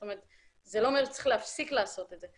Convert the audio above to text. זאת אומרת, זה לא אומר שצריך להפסיק לעשות את זה.